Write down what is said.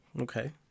Okay